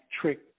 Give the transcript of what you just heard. Trick